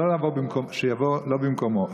שתבוא לא במקומה,